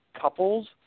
couples